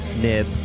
nib